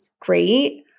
great